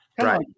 right